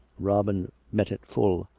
robin met it full.